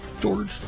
George